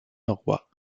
norrois